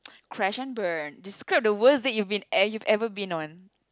crash and burn describe the worst that you've been you've ever been on